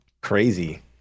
Crazy